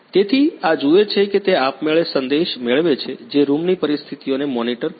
તેથી આ જુએ છે કે તે આપમેળે સંદેશ મેળવે છે જે રૂમની પરિસ્થિતિઓને મોનિટર કરી શકે છે